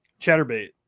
chatterbait